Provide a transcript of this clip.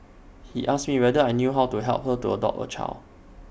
he asked me whether I knew how to help her to adopt A child